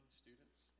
students